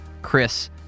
Chris